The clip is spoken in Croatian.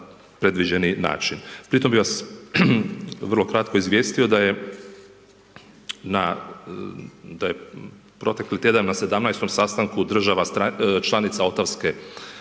na predviđeni način. Pri tome bi vas, vrlo kratko izvjestio, da je na, da je protekli tjedana na 17 sastanka država članica Otavske